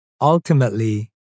ultimately